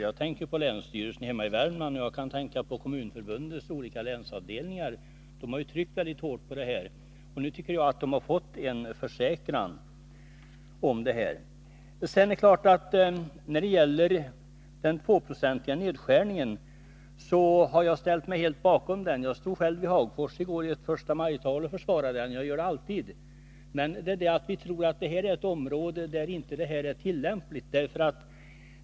Jag tänker på länsstyrelsen hemma i Värmland, och jag tänker på Kommunförbundets olika länsavdelningar. De har ju tryckt väldigt hårt på detta, och nu tycker jag att de har fått en försäkran. Den 2-procentiga nedskärningen har jag ju helt ställt mig bakom. Jag försvarade den nu senast i ett förstamajtal i Hagfors, och jag gör det alltid. Men vi tror att detta är ett område där nedskärningen inte är tillämplig.